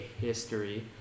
history